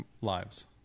lives